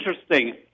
interesting